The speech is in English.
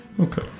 Okay